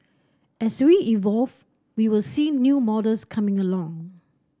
as we evolve we will see new models coming along